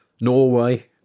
Norway